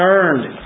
earned